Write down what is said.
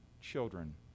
children